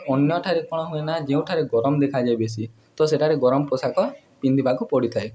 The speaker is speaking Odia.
ଅନ୍ୟଠାରେ କ'ଣ ହୁଏ ନା ଯେଉଁଠାରେ ଗରମ ଦେଖାଯାଏ ବେଶୀ ତ ସେଠାରେ ଗରମ ପୋଷାକ ପିନ୍ଧିବାକୁ ପଡ଼ିଥାଏ